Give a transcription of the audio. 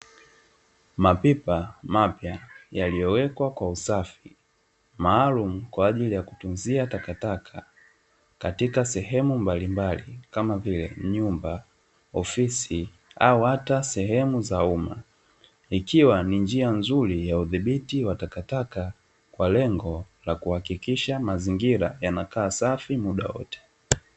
Mapipa mapya yaliyowekwa kwa usafi, maalum kwa ajili ya kutunzia takataka katika sehemu mbalimbali kama vile: nyumba, ofisi au hata sehemu za umma. Ikiwa ni njia nzuri ya udhibiti wa takataka kwa lengo la kuhakikisha mazingira yanakaa safi muda wote.